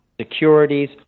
securities